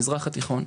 ובמזרח התיכון,